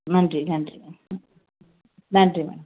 நன்றி நன்றி நன்றி மேடம்